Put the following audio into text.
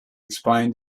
explain